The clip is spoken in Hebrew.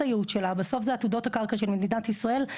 הייעוד שלה בסוף אלה עתודות הקרקע של מדינת ישראל,